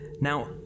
Now